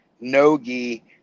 no-gi